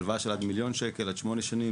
הלוואה של עד מיליון ₪ עד שמונה שנים,